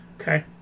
Okay